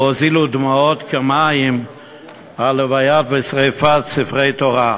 והזיל דמעות כמים על הלוויה ועל שרפת ספרי תורה.